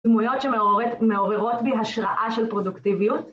דמויות שמעוררות בי השראה של פרודוקטיביות.